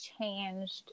changed